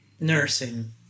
Nursing